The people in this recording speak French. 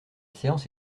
séance